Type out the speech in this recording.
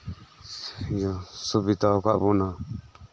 ᱥᱩᱵᱤᱫᱷᱟ ᱟᱠᱟᱫ ᱵᱚᱱᱟ